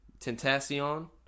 Tentacion